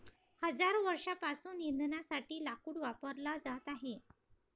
हजारो वर्षांपासून इंधनासाठी लाकूड वापरला जात आहे